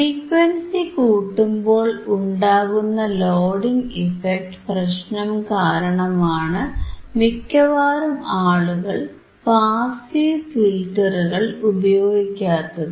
frequency കൂട്ടുമ്പോൾ ഉണ്ടാകുന്ന loading effect പ്രശ്നം കാരണമാണ് മിക്കവാറും ആളുകൾ പാസീവ് ഫിൽറ്ററുകൾ ഉപയോഗിക്കാത്തത്